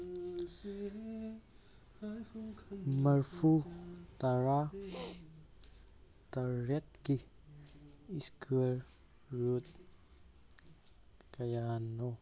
ꯃꯔꯐꯨ ꯇꯔꯥ ꯇꯔꯦꯠꯀꯤ ꯏꯁꯀ꯭ꯋꯦꯌꯔ ꯔꯨꯠ ꯀꯌꯥꯅꯣ